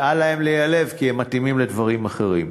ואל להם להיעלב, כי הם מתאימים לדברים אחרים.